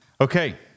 Okay